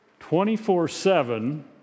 24-7